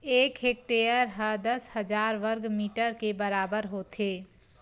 एक हेक्टेअर हा दस हजार वर्ग मीटर के बराबर होथे